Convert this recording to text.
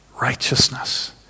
Righteousness